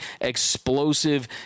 explosive